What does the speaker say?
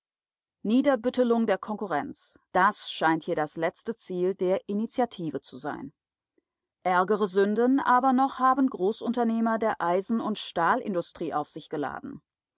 niederbüttelung der konkurrenz das scheint hier das letzte ziel der initiative zu sein ärgere sünden aber noch haben großunternehmer der eisen und stahlindustrie auf sich geladen